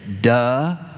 duh